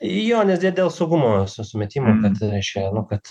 jo nes dėl saugumo sumetimų kad reiškia nu kad